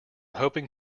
hoping